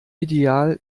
ideal